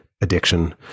addiction